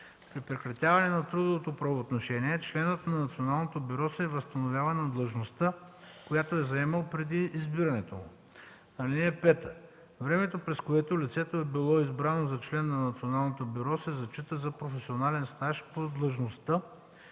При прекратяване на трудовото правоотношение членът на Националното бюро се възстановява на длъжността, която е заемал преди избирането му. (5) Времето, през което лицето е било избрано за член на Националното бюро, се зачита за професионален стаж по длъжността,